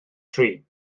tri